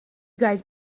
guys